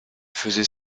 faisait